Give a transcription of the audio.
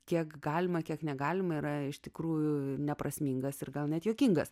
kiek galima kiek negalima yra iš tikrųjų neprasmingas ir gal net juokingas